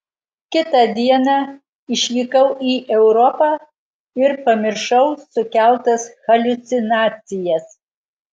kitą dieną išvykau į europą ir pamiršau sukeltas haliucinacijas